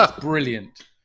Brilliant